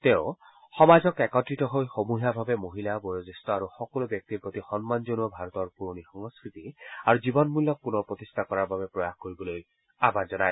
তেওঁ সমাজক একত্ৰিত হৈ সমূহীয়াভাৱে মহিলা বয়োজ্যেষ্ঠ আৰু সকলো ব্যক্তিৰ প্ৰতি সন্মান জনোৱা ভাৰতৰ পুৰণি সংস্থতি আৰু জীৱনমল্যক পুনৰ প্ৰতিষ্ঠা কৰাৰ বাবে প্ৰয়াস কৰিবলৈ আহান জনায়